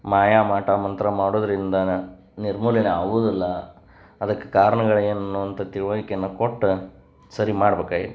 ಮಾಯ ಮಾಟ ಮಂತ್ರ ಮಾಡೋದ್ರಿಂದ ನಿರ್ಮೂಲನೆ ಆಗೋದಿಲ್ಲ ಅದಕ್ಕೆ ಕಾರಣಗಳೇನು ಅಂತ ತಿಳಿವಳ್ಕೆನ್ನ ಕೊಟ್ಟು ಸರಿ ಮಾಡ್ಬೇಕಾಗ್ಯೈತಿ